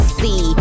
see